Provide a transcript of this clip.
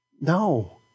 No